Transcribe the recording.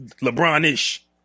LeBron-ish